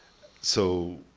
so,